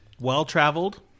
Well-traveled